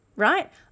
right